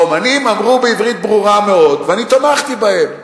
האמנים אמרו בעברית ברורה מאוד, ואני תמכתי בהם.